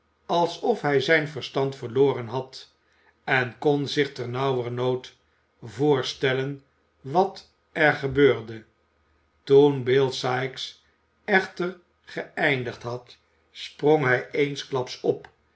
alsof hij zijn verstand verloren had en kon zich ternauwernood voorstellen wat er gebeurde toen bill sikes echter geëindigd had sprong hij eensklaps op